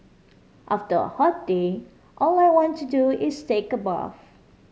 after a hot day all I want to do is take a bath